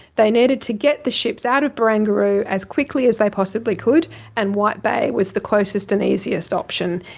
they needed to get the ships out of barangaroo as quickly as they possibly could and white bay was the closest and the easiest option.